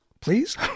please